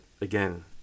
again